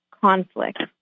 conflict